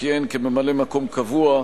שכיהן כממלא-מקום קבוע,